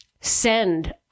send